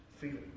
feeling